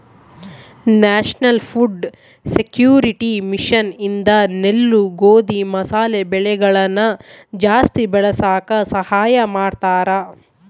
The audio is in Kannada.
ನ್ಯಾಷನಲ್ ಫುಡ್ ಸೆಕ್ಯೂರಿಟಿ ಮಿಷನ್ ಇಂದ ನೆಲ್ಲು ಗೋಧಿ ಮಸಾಲೆ ಬೆಳೆಗಳನ ಜಾಸ್ತಿ ಬೆಳಸಾಕ ಸಹಾಯ ಮಾಡ್ತಾರ